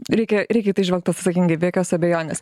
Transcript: reikia reikia į tai žvelgt atsakingai be jokios abejonės